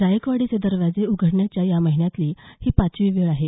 जायकवाडीचे दरवाजे उघडण्याची या महिन्यातली ही पाचवी वेळ आहे